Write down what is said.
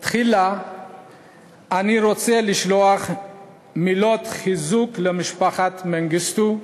תחילה אני רוצה לשלוח מילות חיזוק למשפחת מנגיסטו,